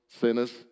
Sinners